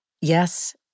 Yes